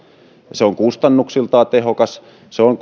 se on kustannuksiltaan tehokas tätä on